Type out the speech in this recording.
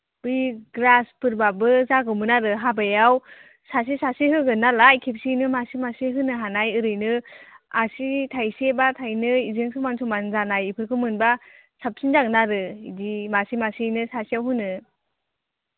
बै ग्रास फोरब्लाबो जागौमोन आरो हाबायाव सासे सासे होगोन नालाय खेबसेयैनो मासे मासे होनो हानाय ओरैनो आसि थाइसेबा थाइनै इजों समान समान जानाय इफोरखौ मोनब्ला साबसिन जागोन आरो इदि मासे मासेयैनो सासेयाव होनो